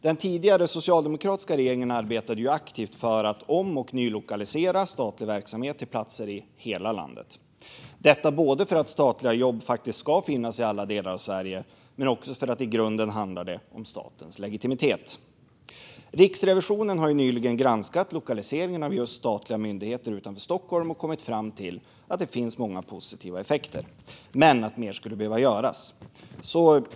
Den tidigare socialdemokratiska regeringen arbetade aktivt för att om och nylokalisera statlig verksamhet till platser i hela landet, både för att statliga jobb faktiskt ska finnas i alla delar av Sverige och för att det i grunden handlar om statens legitimitet. Riksrevisionen har nyligen granskat lokaliseringen av statliga myndigheter utanför Stockholm och kommit fram till att det finns många positiva effekter men att mer skulle behöva göras.